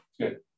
good